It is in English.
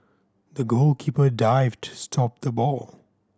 the goalkeeper dived to stop the ball